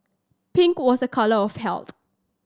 pink was a colour of health